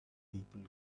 people